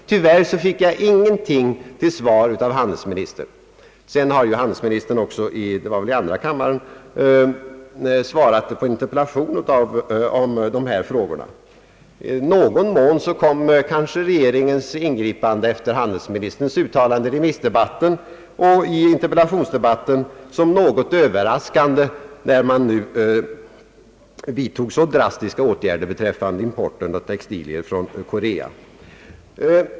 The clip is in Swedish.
Tyvärr fick jag inget svar av handelsministern på denna punkt. Handelsministern har också i andra kammaren besvarat en interpellation rörande dessa frågor. Regeringens ingripande med så drastiska åtgärder mot importen av textilier från Korea var efter handelsministerns uttalanden i remissdebatten och i denna interpellationsdebatt i viss mån överraskande.